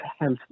health